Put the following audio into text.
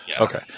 Okay